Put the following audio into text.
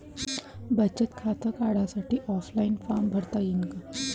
बचत खातं काढासाठी ऑफलाईन फारम भरता येईन का?